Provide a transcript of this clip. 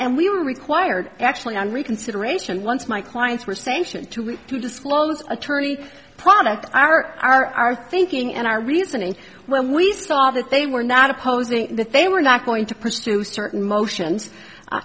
and we were required actually on reconsideration once my clients were saying to disclose attorney products are our thinking and our reasoning when we saw that they were not opposing that they were not going to pursue certain motion